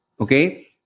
Okay